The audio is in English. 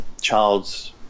child's